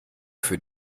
für